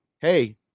Hey